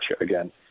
again